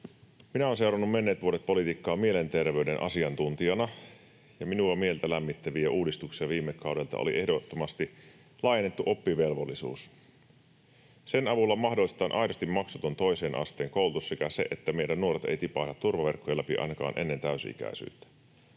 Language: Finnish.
Minä olen seurannut menneet vuodet politiikkaa mielenterveyden asiantuntijana, ja minun mieltäni lämmittävä uudistus viime kaudella oli ehdottomasti laajennettu oppivelvollisuus. Sen avulla mahdollistetaan aidosti maksuton toisen asteen koulutus sekä se, että meidän nuoret eivät tipahda turvaverkkojen läpi ainakaan ennen täysi-ikäisyyttä.